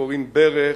כורעים ברך,